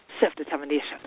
self-determination